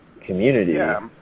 community